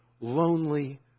lonely